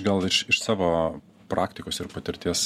gal iš iš savo praktikos ir patirties